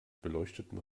beleuchteten